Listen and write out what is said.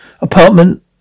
Apartment